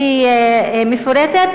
שהיא מפורטת?